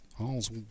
Hall's